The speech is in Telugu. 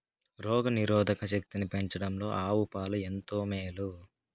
రోగ నిరోధక శక్తిని పెంచడంలో ఆవు పాలు ఎంతో మేలు